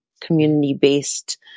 community-based